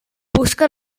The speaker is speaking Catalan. busca